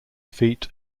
feet